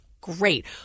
great